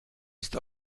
ist